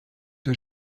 der